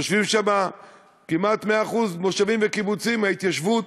יושבים שם כמעט 100% מושבים וקיבוצים מההתיישבות